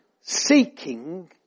seeking